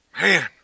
Man